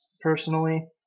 personally